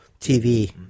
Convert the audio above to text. TV